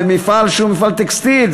ומפעל שהוא מפעל טקסטיל,